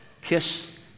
Kiss